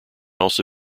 also